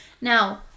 Now